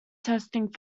testing